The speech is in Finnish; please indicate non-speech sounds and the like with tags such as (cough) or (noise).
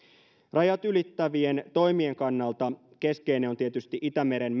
rajat ylittävien toimien kannalta keskeinen on tietysti itämeren (unintelligible)